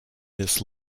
this